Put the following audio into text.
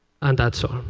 and that's all.